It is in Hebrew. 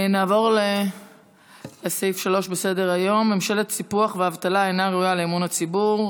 נעבור לסעיף 3 בסדר-היום: ממשלת סיפוח ואבטלה אינה ראויה לאמון הציבור.